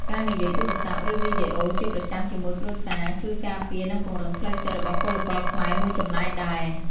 ការនិយាយទូរស័ព្ទ ឬវីដេអូជាប្រចាំជាមួយគ្រួសារជួយការពារ និងពង្រឹងផ្លូវចិត្តរបស់ពលករខ្មែរមួយចំណែកដែរ។